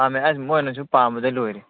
ꯄꯥꯝꯃꯦ ꯑꯁ ꯃꯣꯏꯅꯁꯨ ꯄꯥꯝꯕꯗ ꯂꯣꯏꯔꯦ